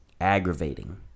Aggravating